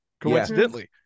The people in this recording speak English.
coincidentally